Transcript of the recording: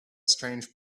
strange